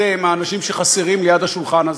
אתם, האנשים שחסרים ליד השולחן הזה,